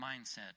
mindset